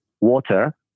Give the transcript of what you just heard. water